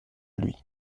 lui